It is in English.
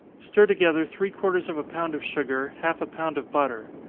stir together three-quarters of a pound of sugar, half a pound of butter.